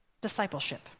Discipleship